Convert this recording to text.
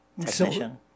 technician